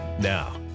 Now